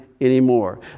anymore